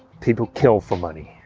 people kill for money,